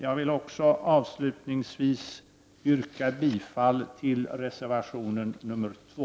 Jag vill också avslutningsvis yrka bifall till reservation nr 2.